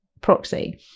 proxy